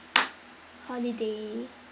holiday